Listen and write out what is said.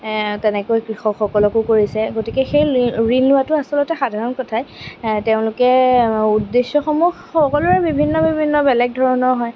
তেনেকৈ কৃষকসকলকো কৰিছে গতিকে সেই ঋণ লোৱাটো আচলতে সাধাৰণ কথাই তেওঁলোকে উদ্দেশ্যসমূহ সকলোৰে বিভিন্ন বিভিন্ন বেলেগ ধৰণৰ হয়